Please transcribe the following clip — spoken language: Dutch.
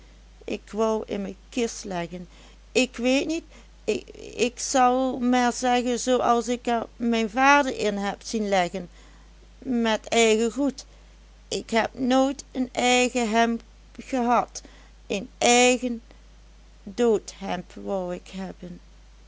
ik wou in me kist leggen ik weet niet ik zel maar zeggen zoo as ik er mijn vader in heb zien leggen met eigen goed ik heb nooit een eigen hemd gehad één eigen doodhemd wou ik hebben